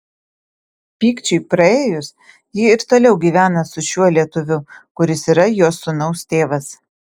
pykčiui praėjus ji ir toliau gyvena su šiuo lietuviu kuris yra jos sūnaus tėvas